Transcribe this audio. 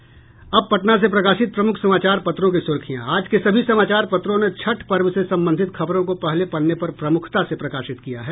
अब पटना से प्रकाशित प्रमुख समाचार पत्रों की सुर्खियां आज के सभी समाचार पत्रों ने छठ पर्व से संबंधित खबरों को पहले पन्ने पर प्रमुखता से प्रकाशित किया है